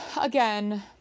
again